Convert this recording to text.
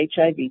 HIV